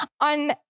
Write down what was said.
on